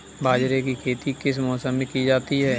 बाजरे की खेती किस मौसम में की जाती है?